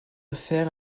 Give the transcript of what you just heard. faire